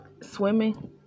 swimming